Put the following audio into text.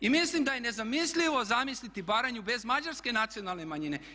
I mislim da je nezamislivo zamisliti Baranju bez mađarske nacionalne manjine.